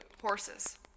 Horses